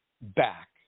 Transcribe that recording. back